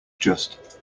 just